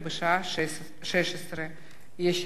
עברה בקריאה